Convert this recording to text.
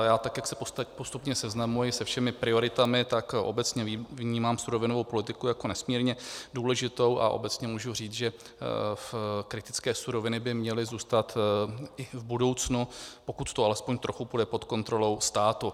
Já, tak jak se postupně seznamuji se všemi prioritami, tak obecně vnímám surovinovou politiku jako nesmírně důležitou a obecně můžu říct, že kritické suroviny by měly zůstat v budoucnu, pokud to alespoň trochu půjde, pod kontrolou státu.